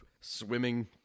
swimming